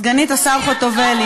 סגנית השר חוטובלי,